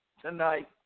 tonight